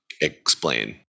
explain